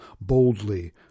boldly